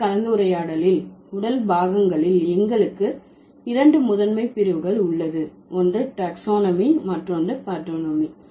முந்தைய கலந்துரையாடலில் உடல் பாகங்களில் எங்களுக்கு இரண்டு முதன்மை பிரிவுகள் உள்ளது ஒன்று டாக்ஸானமி மற்றொன்று பார்டோனமி